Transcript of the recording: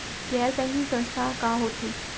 गैर बैंकिंग संस्था ह का होथे?